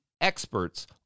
experts